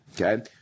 okay